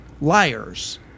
Liars